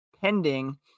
pending